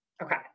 Okay